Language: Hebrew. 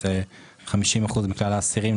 שזה 50% מכלל האסירים,